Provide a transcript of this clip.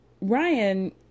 Ryan